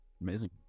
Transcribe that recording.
Amazing